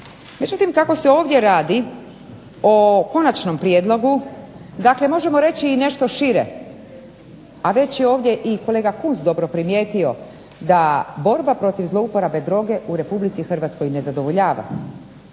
Međutim, kako se ovdje radi o konačnom prijedlogu dakle možemo reći i nešto šire, a već je ovdje i kolega Kunst dobro primijetio, da borba protiv zlouporabe droge u RH ne zadovoljava.